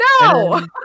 No